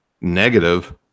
negative